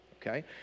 okay